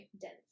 Dense